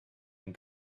and